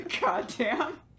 Goddamn